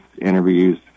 interviews